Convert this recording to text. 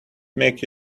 make